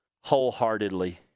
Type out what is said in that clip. wholeheartedly